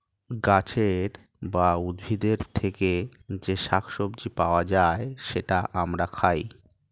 গাছের বা উদ্ভিদের থেকে যে শাক সবজি পাওয়া যায়, সেটা আমরা খাই